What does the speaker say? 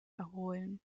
erholen